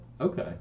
Okay